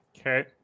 Okay